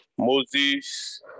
Moses